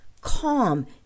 calm